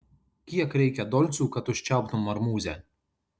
kiek reikia dolcų kad užčiauptum marmuzę